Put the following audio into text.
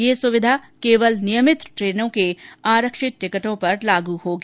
यह सुविधा केवल नियमित ट्रेनों के आरक्षित टिकटों पर लागू होगी